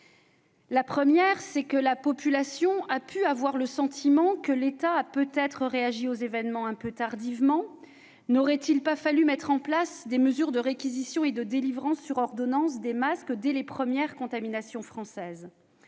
à formuler. D'abord, la population a pu avoir le sentiment que l'État, peut-être, avait réagi aux événements un peu tard. N'aurait-il pas fallu mettre en place des mesures de réquisition et de délivrance sur ordonnance des masques dès les premières contaminations françaises ?